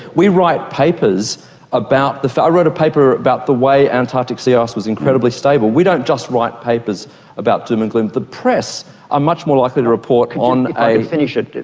we write papers about, i wrote a paper about the way antarctic sea ice was incredibly stable. we don't just write papers about doom and gloom. the press are much more likely to report on a finish it,